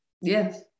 yes